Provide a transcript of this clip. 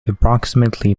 approximately